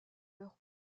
leur